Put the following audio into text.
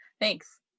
Thanks